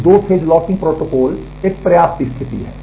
तो दो phase locking protocol एक पर्याप्त स्थिति है